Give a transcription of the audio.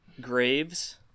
Graves